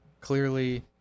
Clearly